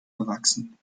bewachsen